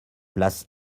place